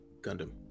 gundam